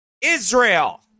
Israel